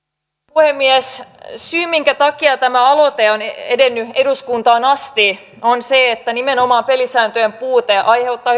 puhemies syy minkä takia tämä aloite on edennyt eduskuntaan asti on se että nimenomaan pelisääntöjen puute aiheuttaa